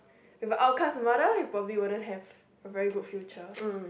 if outcast the mother you probably wouldn't have a very good future